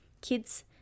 Kids